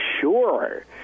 sure